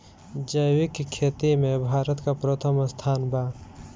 जैविक खेती में भारत का प्रथम स्थान बा